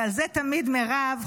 ועל זה תמיד מירב,